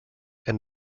and